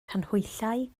canhwyllau